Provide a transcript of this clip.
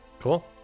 Cool